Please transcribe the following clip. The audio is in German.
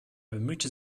bemühte